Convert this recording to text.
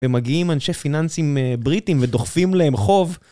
ומגיעים אנשי פיננסים בריטים ודוחפים להם חוב.